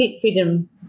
freedom